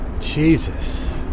Jesus